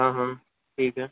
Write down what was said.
ہاں ہاں ٹھیک ہے